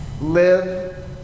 live